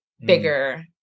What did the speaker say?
bigger